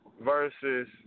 versus